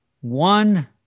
One